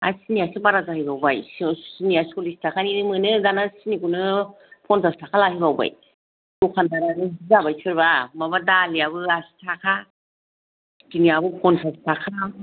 आर सिनियासो बारा जाहैबावबाय सो सिनिया सरलिसथाखानि मोनो दाना सिनिखौनो फनसाचथाखा लाहैबावबाय दखानदारानो बिदि जाबाय सोरबा माबा दालियाबो आसिथाखा सिनियाबो फनसाचथाखा